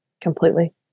Completely